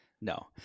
No